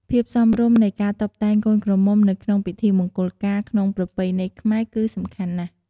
ភាពសមរម្យនៃការតុបតែងកូនក្រមុំនៅក្នុងពិធីមង្គលការក្នុងប្រពៃណីខ្មែរគឺសំខាន់ណាស់។